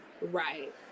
Right